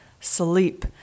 sleep